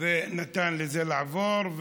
ונתן לזה לעבור.